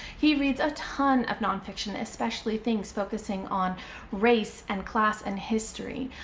he reads a ton of nonfiction, especially things focusing on race and class and history.